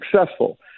successful